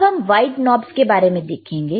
अब हम white knobs के बारे में देखेंगे